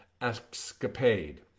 escapade